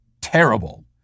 terrible